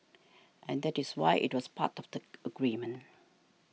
and that is why it was part of the agreement